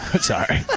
Sorry